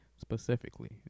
specifically